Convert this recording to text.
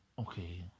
Okay